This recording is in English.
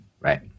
right